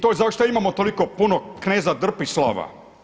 To je zato što imamo toliko puno kneza drpislava.